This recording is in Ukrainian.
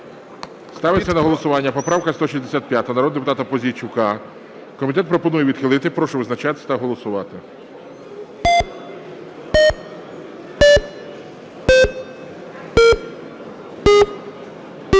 поправка 165 народного депутата Пузійчука. Комітет пропонує відхилити. Прошу визначатись та голосувати.